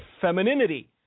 femininity